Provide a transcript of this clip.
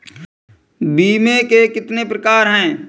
बीमे के कितने प्रकार हैं?